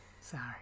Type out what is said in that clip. Sorry